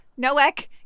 Noek